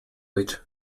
which